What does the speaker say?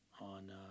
on